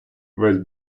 весь